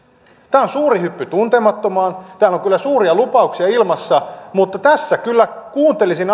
on suuri hyppy tuntemattomaan täällä on kyllä suuria lupauksia ilmassa mutta tässä kyllä kuuntelisin